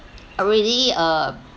already um